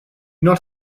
not